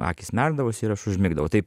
akys merkdavosi ir aš užmigdavau tai